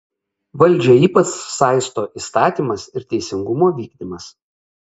valdžią ypač saisto įstatymas ir teisingumo vykdymas